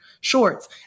shorts